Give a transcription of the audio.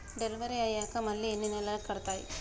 Delivery అయ్యాక మళ్ళీ ఎన్ని నెలలకి కడుతాయి?